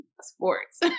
sports